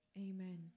Amen